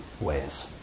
ways